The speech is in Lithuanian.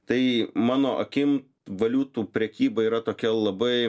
tai mano akim valiutų prekyba yra tokia labai